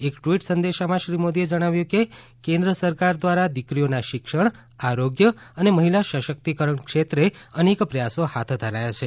એક ટ્વીટ સંદેશામાં શ્રી મોદીએ જણાવ્યું કે કેન્દ્ર સરકાર દ્વારા દીકરીઓના શિક્ષણ આરોગ્ય અને મહિલા સશક્તિકરણ ક્ષેત્રે અનેક પ્રયાસો હાથ ધરાયા છે